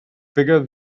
bigger